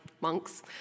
monks